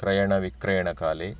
क्रयणविक्रयणकाले